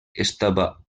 estava